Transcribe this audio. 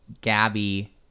Gabby